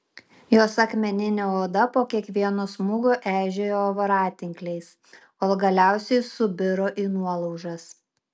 jos akmeninė oda po kiekvieno smūgio eižėjo voratinkliais kol galiausiai subiro į nuolaužas